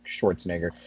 Schwarzenegger